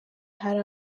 hari